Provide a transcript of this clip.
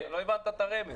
לא הבנת את הרמז.